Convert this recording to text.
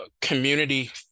community